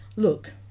look